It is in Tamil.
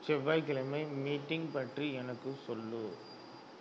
செவ்வாய்க் கிழமை மீட்டிங் பற்றி எனக்கு சொல்லு